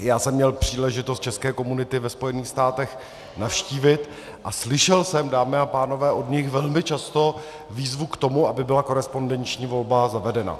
Já jsem měl příležitost české komunity ve Spojených státech navštívit a slyšel jsem, dámy a pánové, od nich velmi často výzvu k tomu, aby byla korespondenční volba zavedena.